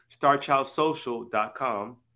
starchildsocial.com